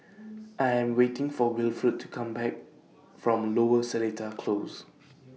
I Am waiting For Wilfred to Come Back from Lower Seletar Close